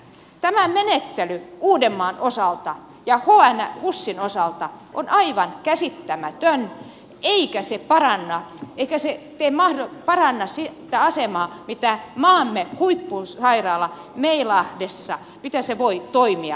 tämä menettely uudenmaan osalta ja husin osalta on aivan käsittämätön eikä se paranna sitä asemaa miten maamme huippusairaala meilahdessa voi toimia